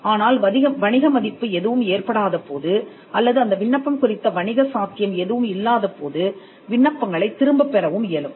ஆனால் வணிக மதிப்பு எதுவும் ஏற்படாத போது அல்லது அந்த விண்ணப்பம் குறித்த வணிக சாத்தியம் எதுவும் இல்லாத போது விண்ணப்பங்களைத் திரும்பப் பெறவும் இயலும்